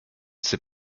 sais